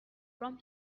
from